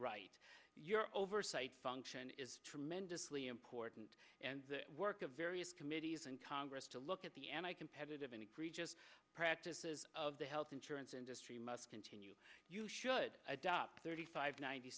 right your oversight function is tremendously important and the work of various committees in congress to look at the and i competitive any preaches practices of the health insurance industry must continue you should adopt thirty five ninety